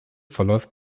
verläuft